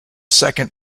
second